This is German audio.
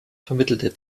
vermittelte